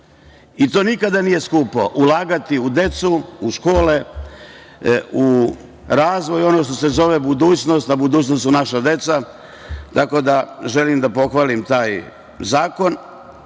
i to nikada nije skupo, ulagati u decu, u škole, u razvoj, ono što se zove budućnost, a budućnost su naša deca, tako da želim da pohvalim taj zakon. Isto